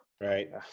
Right